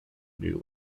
new